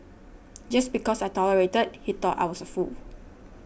just because I tolerated he thought I was a fool